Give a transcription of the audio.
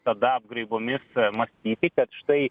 tada apgraibomis mąstyti kad štai